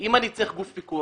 אם אני צריך גוף פיקוח,